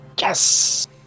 Yes